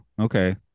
okay